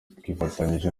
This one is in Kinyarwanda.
twifatanyije